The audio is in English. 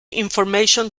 information